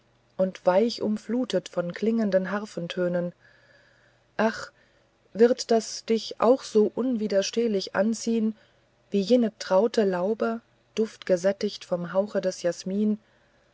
und weich umflutet von klingenden harfentönen ach wird das dich auch so unwiderstehlich zu sich ziehen wie jene traute laube duftgesättigt vom hauche des jasmins